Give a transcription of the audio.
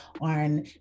on